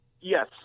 Yes